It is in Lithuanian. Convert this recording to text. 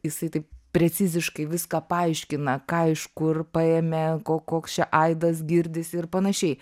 jisai taip preciziškai viską paaiškina ką iš kur paėmė ko koks čia aidas girdisi ir panašiai